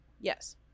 Yes